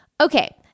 Okay